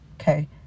okay